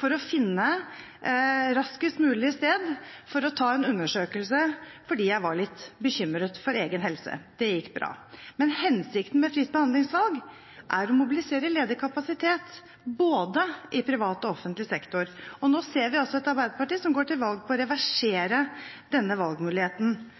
for raskest mulig å finne et sted for å ta en undersøkelse fordi jeg var litt bekymret for egen helse. Det gikk bra. Hensikten med fritt behandlingsvalg er å mobilisere ledig kapasitet i både privat og offentlig sektor. Nå ser vi et arbeiderparti som går til valg på å reversere denne valgmuligheten.